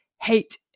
hate